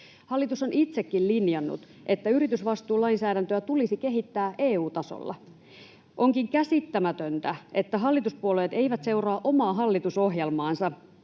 Hallitus on itsekin linjannut, että yritysvastuulainsäädäntöä tulisi kehittää EU-tasolla. Onkin käsittämätöntä, että hallituspuolueet eivät seuraa omaa hallitusohjelmaansa